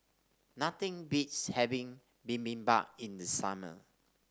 nothing beats having Bibimbap in the summer